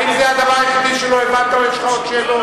האם זה הדבר היחידי שלא הבנת או שיש לך עוד שאלות?